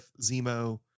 Zemo